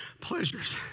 pleasures